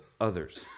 others